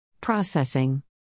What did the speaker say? Processing